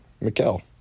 Mikel